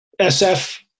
SF